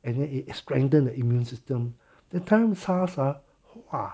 and then it strengthens the immune system the time SARS !huh! !wah!